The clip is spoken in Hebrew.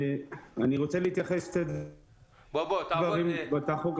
תשפר את התנאים